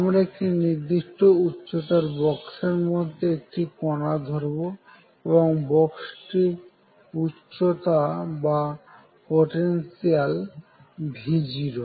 আমরা একটি নির্দিষ্ট উচ্চতার বক্সের মধ্যে একটি কণা ধরবো এবং বক্সটি উচ্চতা বা পোটেনশিয়াল V0